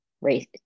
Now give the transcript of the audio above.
race